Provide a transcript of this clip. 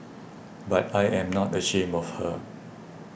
but I am not ashamed of her